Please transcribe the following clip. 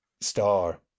star